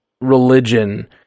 religion